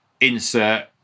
insert